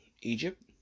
Egypt